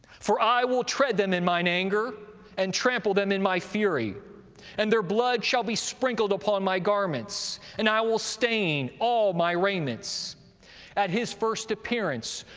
for i will tread them in mine anger, and trample them in my fury and their blood shall be sprinkled upon my garments, and i will stain all my raiments. at his first appearance,